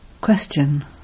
Question